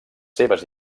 seves